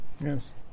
Yes